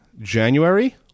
January